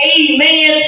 amen